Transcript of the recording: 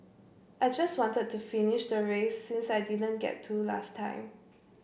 I just wanted to finish the race since I didn't get to last time